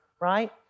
right